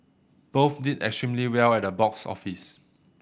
both did extremely well at the box office